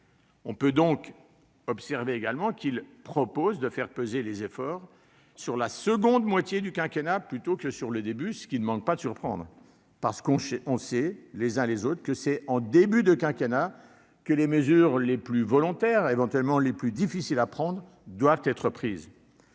On peut également observer que le Gouvernement propose de faire peser les efforts sur la seconde moitié du quinquennat plutôt que sur le début, ce qui ne manque pas de surprendre. Chacun sait en effet que c'est en début du quinquennat que les mesures les plus volontaires, éventuellement les plus difficiles à prendre, doivent être décidées.